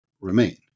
remain